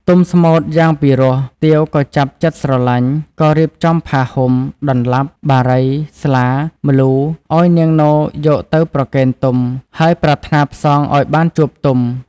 ទុំស្មូត្រយ៉ាងពិរោះទាវក៏ចាប់ចិត្តស្រឡាញ់ ក៏រៀបចំផាហ៊ុម ដន្លាប់ បារី ស្លា ម្លូឲ្យនាងនោយកទៅប្រគេនទុំ ហើយប្រាថ្នាផ្សងឲ្យបានជួបទុំ។